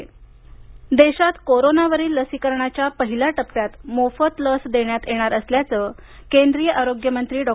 हर्षवर्धन देशात कोरोना वरील लसीकरणाच्या पहिल्या टप्प्यात मोफत लस देण्यात येणार असल्याचं केंद्रीय आरोग्यमंत्री डॉ